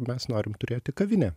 mes norim turėti kavinę